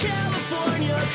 California